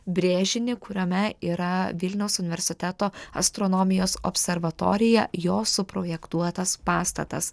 brėžinį kuriame yra vilniaus universiteto astronomijos observatorija jo suprojektuotas pastatas